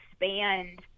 expand